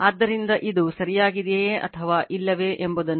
ಆದ್ದರಿಂದ ಇದು ಸರಿಯಾಗಿದೆಯೇ ಅಥವಾ ಇಲ್ಲವೇ ಎಂಬುದನ್ನು ಪರಿಶೀಲಿಸಿ